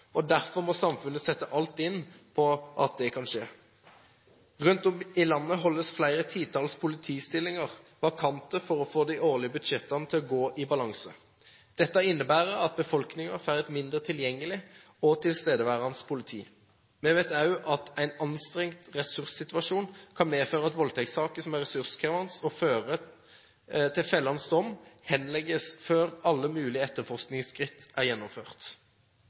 og derfor må samfunnet sette alt inn på at det kan skje. Rundt om i landet holdes flere titalls politistillinger vakante for å få de årlige budsjettene til å gå i balanse. Dette innebærer at befolkningen får et mindre tilgjengelig og tilstedeværende politi. Vi vet også at en anstrengt ressurssituasjon kan medføre at voldtektssaker som er ressurskrevende å føre til fellende dom, henlegges før alle mulige etterforskningsskritt er gjennomført.